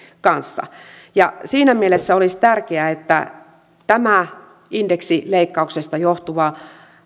kanssa siinä mielessä olisi tärkeää että tämä indeksileikkauksesta johtuva